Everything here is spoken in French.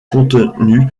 contenu